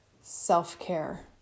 self-care